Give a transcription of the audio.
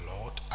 Lord